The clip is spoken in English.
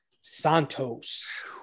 Santos